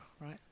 right